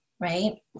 right